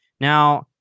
Now